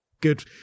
Good